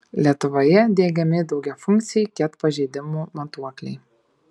lietuvoje diegiami daugiafunkciai ket pažeidimų matuokliai